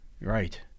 Right